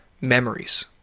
memories